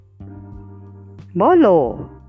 Bolo